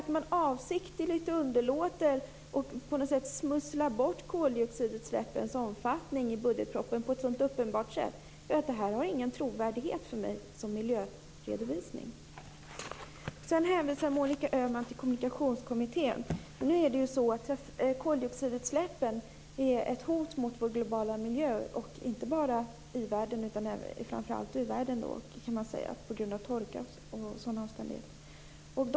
Att man i budgetpropositionen avsiktligt underlåter att redovisa och på ett sådant uppenbart sätt smusslar bort koldioxidutsläppens omfattning gör att det här för mig inte har någon trovärdighet som miljöredovisning. Monica Öhman hänvisar till Kommunikationskommittén. Koldioxidutsläppen är ett hot mot vår globala miljö. Det gäller inte bara i-världen utan framför allt u-världen på grund av torka och sådana omständigheter.